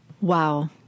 Wow